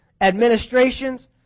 administrations